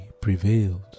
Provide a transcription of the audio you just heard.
prevailed